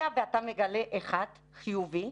היה ואתה מגלה אחד חיובי,